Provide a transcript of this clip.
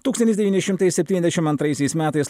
tūkstantis devyni šimai septyniasdešimt antraisiais metais